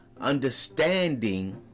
understanding